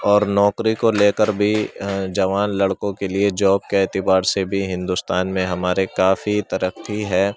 اور نوکری کو لے کر بھی جوان لڑکوں کے لیے جاب کے اعتبار سے بھی ہندوستان میں ہمارے کافی ترقی ہے